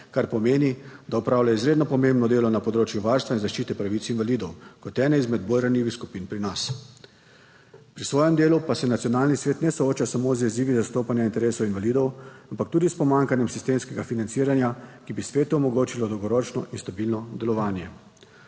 kar pomeni, da opravlja izredno pomembno delo na področju varstva in zaščite pravic invalidov kot ene izmed bolj ranljivih skupin pri nas. Pri svojem delu pa se nacionalni svet ne sooča samo z izzivi zastopanja interesov invalidov, ampak tudi s pomanjkanjem sistemskega financiranja, ki bi svetu omogočilo dolgoročno in stabilno delovanje.